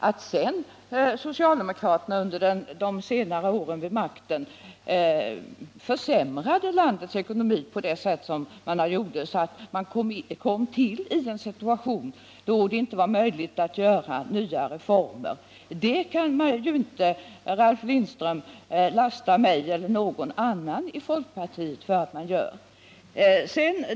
Att sedan socialdemokraterna under de senare åren vid makten försämrade landets ekonomi så att vi hamnade i en situation där det inte var möjligt att genomföra nya reformer, kan Ralf Lindström inte lasta mig eller någon annan i folkpartiet för.